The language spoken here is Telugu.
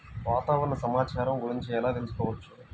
వాతావరణ సమాచారం గురించి ఎలా తెలుసుకోవచ్చు?